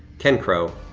ken crow,